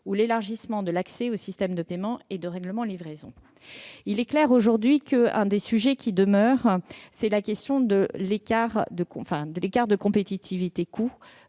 et l'élargissement de l'accès au système de paiement et de règlement-livraison. Il est clair aujourd'hui que l'un des sujets qui demeurent est celui de l'écart de compétitivité-coût,